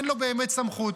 אין לו באמת סמכות,